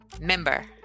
member